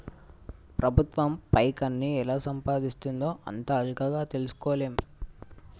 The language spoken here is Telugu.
ప్రభుత్వం పైకాన్ని ఎలా సంపాయిస్తుందో అంత అల్కగ తెల్సుకోలేం